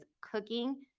cooking